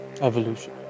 evolution